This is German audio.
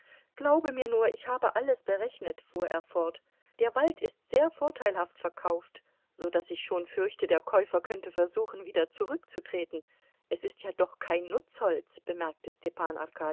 glaube mir nur ich habe alles berechnet fuhr er fort der wald ist sehr vorteilhaft verkauft so daß ich schon fürchte der käufer könnte versuchen wieder zurückzutreten es ist ja doch kein nutzholz bemerkte